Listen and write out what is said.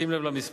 שים לב למספר,